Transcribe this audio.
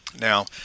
Now